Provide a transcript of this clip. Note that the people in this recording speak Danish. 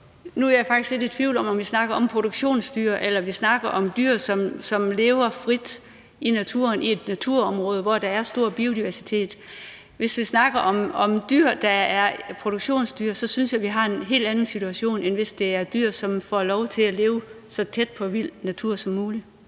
Nu er jeg faktisk lidt i tvivl om, om vi snakker om produktionsdyr, eller om vi snakker om dyr, som lever frit i naturen i et naturområde, hvor der er stor biodiversitet. Hvis vi snakker om dyr, der er produktionsdyr, så synes jeg, vi har en helt anden situation, end hvis det er dyr, som får lov til at leve på en måde, som er så tæt på vild natur som muligt.